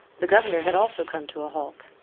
the governor had also come to a halt,